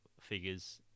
figures